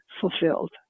fulfilled